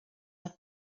have